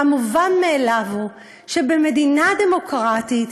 והמובן מאליו הוא שבמדינה דמוקרטית